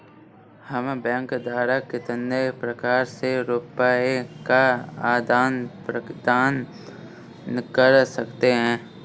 हम बैंक द्वारा कितने प्रकार से रुपये का आदान प्रदान कर सकते हैं?